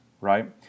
right